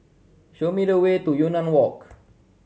show me the way to Yunnan Walk